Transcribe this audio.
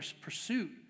pursuit